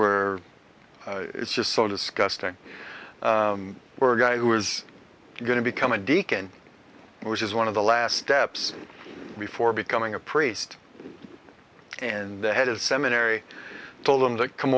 were it's just so disgusting we're guy who was going to become a deacon which is one of the last steps before becoming a priest and the head of the seminary told him to come